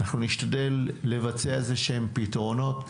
נשתדל לבצע פתרונות.